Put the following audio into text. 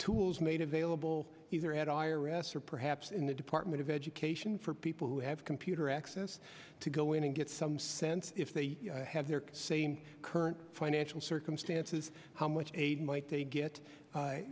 tools made available either at iris or perhaps in the department of education for people who have computer access to go in and get some sense if they have they're saying current financial circumstances how much might they get i